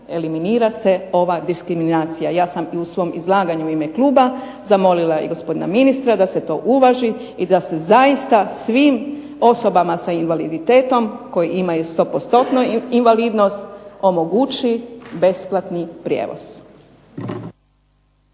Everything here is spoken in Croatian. eliminira se ova diskriminacija. Ja sam u svom izlaganju u ime kluba zamolila i gospodina ministra da se to uvaži i da se zaista svim osobama sa invaliditetom koji imaju 100% invalidnost omogući besplatni prijevoz.